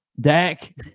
Dak